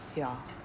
ya